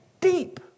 deep